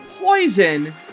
poison